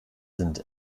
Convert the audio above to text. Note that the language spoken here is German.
sind